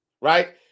right